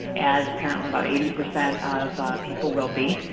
as apparently about eighty percent of people will be.